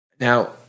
Now